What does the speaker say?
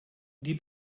die